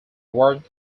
worked